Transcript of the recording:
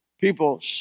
people